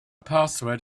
password